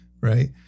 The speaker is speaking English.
right